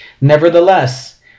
nevertheless